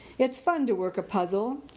it's fun to work a puzzle.